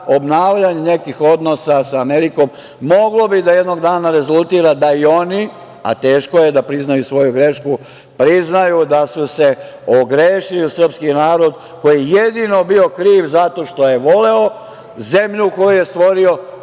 obnavljanje nekih odnosa sa Amerikom moglo bi da jednog dana rezultira da i oni, a teško je da priznaju svoju grešku, priznaju da su se ogrešili o srpski narod, koji je jedino bio kriv zato što je voleo zemlju koju je stvorio,